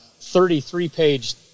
33-page